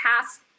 past